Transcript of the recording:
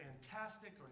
fantastic